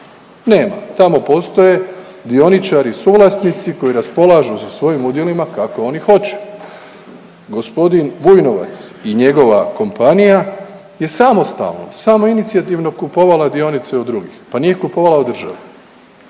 nema, tamo postoje dioničari i suvlasnici koji raspolažu sa svojim udjelima kako oni hoće. Gospodin Vujnovac i njegova kompanija je samostalna, samoinicijativno kupovala dionice od drugih, pa nije kupovala od države,